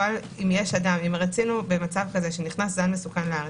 אם רצינו במצב שנכנס זן מסוכן לארץ